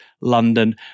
London